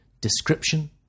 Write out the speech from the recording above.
Description